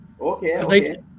Okay